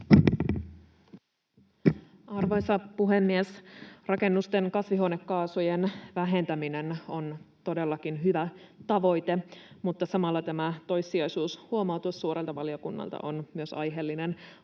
Arvoisa puhemies! Rakennusten kasvihuonekaasujen vähentäminen on todellakin hyvä tavoite, mutta samalla tämä toissijaisuushuomautus suurelta valiokunnalta on myös aiheellinen.